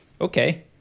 Okay